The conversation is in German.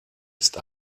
ist